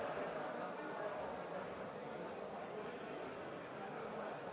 абонирайте се,